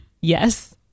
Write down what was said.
Yes